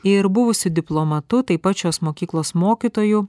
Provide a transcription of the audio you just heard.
ir buvusiu diplomatu taip pat šios mokyklos mokytoju